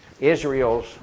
Israel's